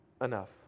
enough